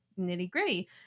nitty-gritty